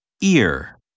Ear